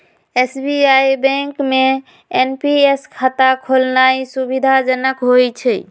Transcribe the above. SBI bank में NPS खता खोलेनाइ सुविधाजनक होइ छइ